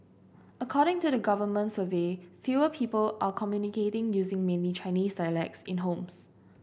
according to a government survey fewer people are communicating using mainly Chinese dialects in homes